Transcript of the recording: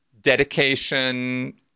dedication